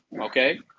okay